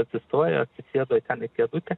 atsistojo atsisėdo ten į kėdutę